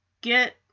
get